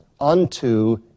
unto